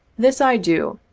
this i do,